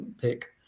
pick